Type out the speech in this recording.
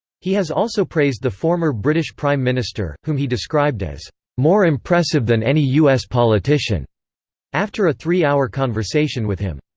he has also praised the former british prime minister, whom he described as more impressive than any us politician after a three-hour conversation with him.